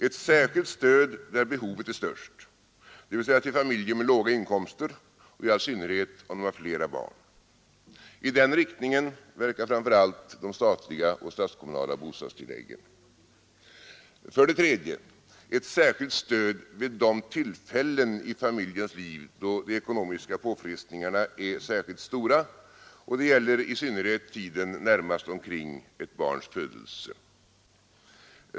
Ett särskilt stöd där behovet är störst, dvs. till familjer med låga inkomster och/eller många barn samt till ensamstående barnförsörjare.” I den riktningen verkar framför allt de statliga och statskommunala bostadstilläggen. ”3. Ett särskilt stöd vid de tillfällen i familjens liv då de ekonomiska påfrestningarna är störst, särskilt tiden närmast omkring ett barns födelse.